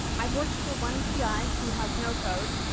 i've worked for one pi who has no code,